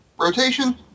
Rotation